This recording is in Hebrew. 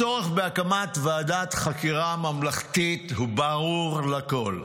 הצורך בהקמת ועדת חקירה ממלכתית ברור לכול.